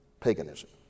paganism